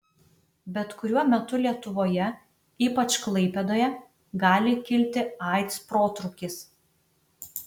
bet kuriuo metu lietuvoje ypač klaipėdoje gali kilti aids protrūkis